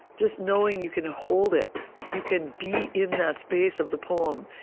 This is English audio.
just knowing you can hold it you can be in that space of the poem,